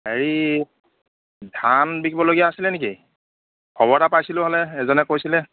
হেৰি ধান বিকিবলগীয়া আছিলে নেকি খবৰ এটা পাইছিলোঁ হ'লে এজনে কৈছিলে